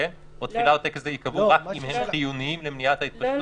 או תפילה או טקס דתי ייקבעו רק אם הם חיוניים למניעת ההתפשטות?